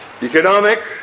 Economic